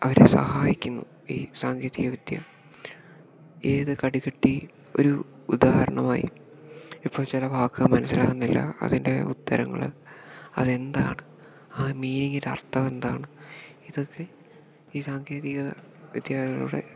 അവരെ സഹായിക്കുന്നു ഈ സാങ്കേതിക വിദ്യ ഏത് കടികെട്ടി ഒരു ഉദാഹരണമായി ഇപ്പോൾ ചില വാക്കുകൾ മനസ്സിലാകുന്നില്ല അതിൻ്റെ ഉത്തരങ്ങൾ അതെന്താണ് ആ മീനിങ്ങിൻ്റെ അർത്ഥം എന്താണ് ഇതൊക്കെ ഈ സാങ്കേതിക വിദ്യകളുടെ